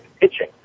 pitching